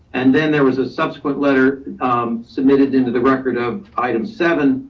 and then there was a subsequent letter um submitted into the record of item seven,